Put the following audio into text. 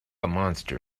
monster